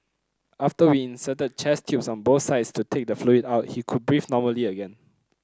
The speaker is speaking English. after we inserted chest tubes on both sides to take the fluid out he could breathe normally again